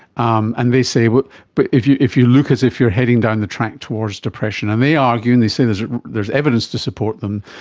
um and they say but but if you if you look as if you're heading down the track towards depression, and they argue and they say there is evidence to support them,